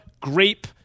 grape